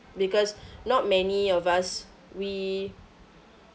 because not many of us we